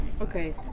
Okay